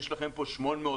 יש לכם פה 800,000,